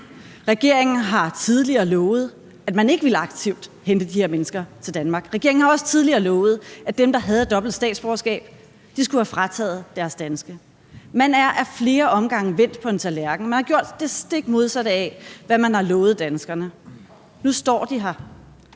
Regeringen har tidligere lovet, at man ikke aktivt ville hente de her mennesker til Danmark. Regeringen har også tidligere lovet, at dem, der havde dobbelt statsborgerskab, skulle have frataget deres danske. Man er ad flere omgange vendt på en tallerken. Man har gjort det stik modsatte af, hvad man har lovet danskerne. Nu står de her.